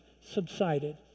subsided